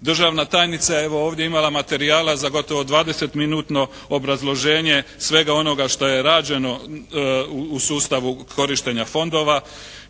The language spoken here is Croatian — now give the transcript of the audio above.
Državna tajnica je evo ovdje imala materijala za gotovo 20-minutno obrazloženje svega onoga što je rađeno u sustavu korištenja fondova